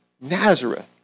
Nazareth